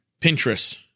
Pinterest